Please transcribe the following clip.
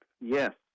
Yes